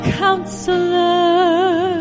counselor